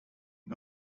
wir